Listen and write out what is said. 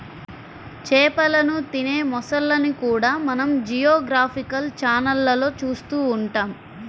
చేపలను తినే మొసళ్ళను కూడా మనం జియోగ్రాఫికల్ ఛానళ్లలో చూస్తూ ఉంటాం